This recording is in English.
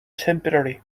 temporary